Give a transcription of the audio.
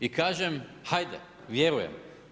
I kažem, hajde, vjerujem.